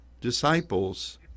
disciples